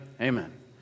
amen